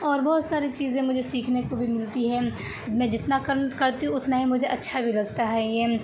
اور بہت ساری چیزیں مجھے سیکھنے کو بھی ملتی ہے میں جتنا کرتی ہوں اتنا ہی مجھے اچھا بھی لگتا ہے یہ